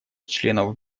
членов